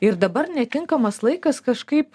ir dabar netinkamas laikas kažkaip